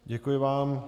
Děkuji vám.